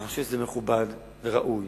אני חושב שזה מכובד וראוי